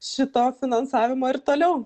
šito finansavimo ir toliau